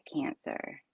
cancer